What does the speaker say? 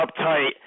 uptight